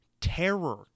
Terror